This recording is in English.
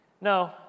No